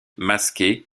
masqué